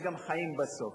יש גם חיים בסוף.